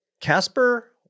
Casper